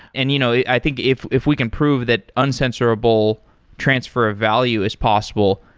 and you know i think if if we can prove that uncensorable transfer of value is possible,